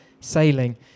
sailing